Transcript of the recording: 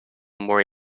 more